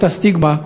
למרות הסטיגמה,